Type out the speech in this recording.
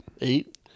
Eight